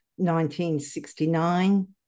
1969